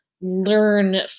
learn